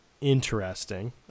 interesting